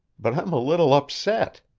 but i'm a little upset.